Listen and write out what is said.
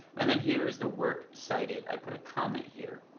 and then here's the work cited i put a comment here